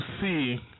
see